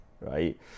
right